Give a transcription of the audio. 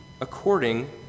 according